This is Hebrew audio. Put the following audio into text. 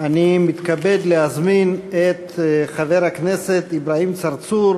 אני מתכבד להזמין את חבר הכנסת אברהים צרצור